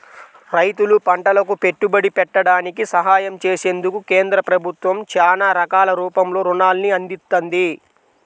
రైతులు పంటలకు పెట్టుబడి పెట్టడానికి సహాయం చేసేందుకు కేంద్ర ప్రభుత్వం చానా రకాల రూపంలో రుణాల్ని అందిత్తంది